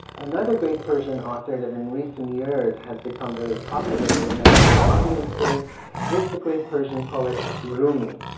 another great persian author that in recent years has become very popular with american audiences is the great persian poet, rumi.